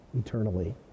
eternally